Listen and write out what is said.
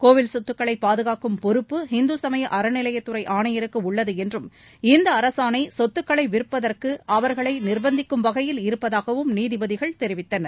கோயில் சொத்துக்களை பாதுகாக்கும் பொறுப்பு இந்து சமய அறநிலையத்துறை ஆணையருக்கு உள்ளது என்றும் இந்த அரசாணை சொத்துக்களை விற்பதற்கு அவர்களை நிர்பந்திக்கும் வகையில் இருப்பதாகவும் நீதிபதிகள் தெரிவித்தனர்